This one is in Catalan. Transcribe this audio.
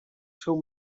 seu